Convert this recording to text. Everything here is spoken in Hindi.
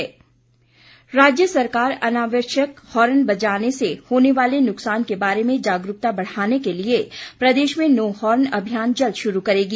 नो हॉर्न अभियान राज्य सरकार अनावश्यक हॉर्न बजाने से होने वाले नुकसान के बारे में जागरूकता बढ़ाने के लिए प्रदेश में नो हॉर्न अभियान जल्द शुरू करेगी